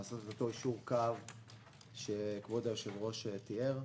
לעשות את אותו יישור קו שכבוד היושב-ראש תיאר.